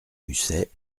musset